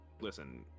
listen